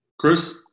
Chris